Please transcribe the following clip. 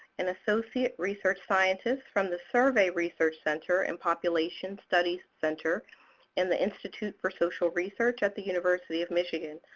an associate research scientist from the survey research center and population studies center in the institute for social research at the university of michigan.